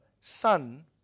son